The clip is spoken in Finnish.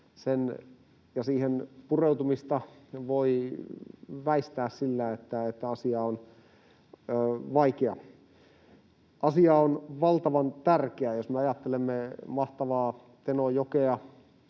siihen pureutumista voi väistää sillä, että asia on vaikea. Asia on valtavan tärkeä, jos me ajattelemme mahtavaa Tenojokea,